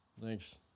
Thanks